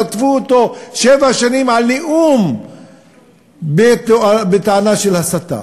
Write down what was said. רדפו אותו שבע שנים על נאום בטענה של הסתה.